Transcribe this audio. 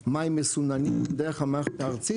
מים מסוננים דרך המערכת הארצית,